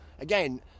again